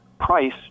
price